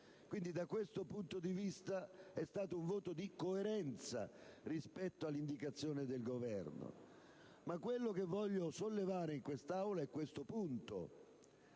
Quindi, da questo punto di vista, è stato un voto di coerenza rispetto alle indicazioni del Governo. Ma quello che voglio sollevare in quest'Aula è questo punto: